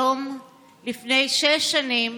היום לפני שש שנים